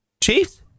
Chiefs